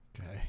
Okay